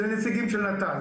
זה נציגים של נט"ל,